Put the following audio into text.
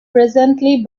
presently